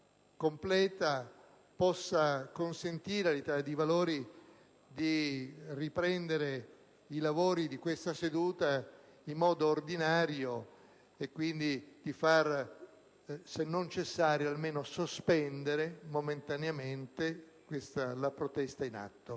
completa, possa consentire all'Italia dei Valori di riprendere i lavori di questa seduta in modo ordinario e quindi, se non di cessare, almeno di sospendere momentaneamente la protesta in atto.